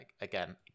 again